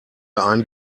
ein